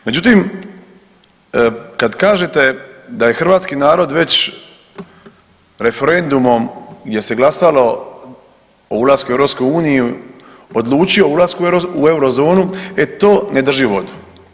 Međutim, kad kažete da je hrvatski narod već referendumom gdje se glasalo o ulasku u EU odlučio o ulasku u eurozonu, e to ne drži vodu.